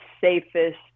safest